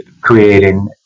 creating